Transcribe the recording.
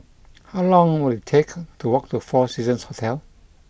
How long will it take to walk to Four Seasons Hotel